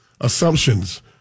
Assumptions